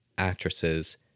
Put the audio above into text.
actresses